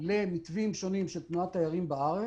אבל אני מתקומם על הטענה המסולפת שזאת אמירת אי אמת.